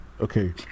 Okay